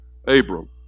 Abram